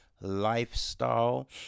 lifestyle